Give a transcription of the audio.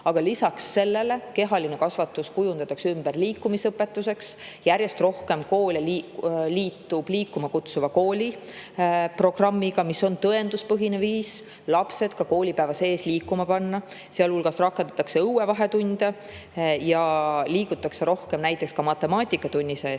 Lisaks sellele kehaline kasvatus kujundatakse ümber liikumisõpetuseks. Järjest rohkem koole liitub liikuma kutsuva kooli programmiga, mis on tõenduspõhine viis lapsed ka koolipäeva sees liikuma panna. Rakendatakse õuevahetunde ja liigutakse rohkem näiteks ka matemaatikatunnis. Nüüd,